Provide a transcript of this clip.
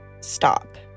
stop